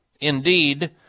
Indeed